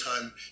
time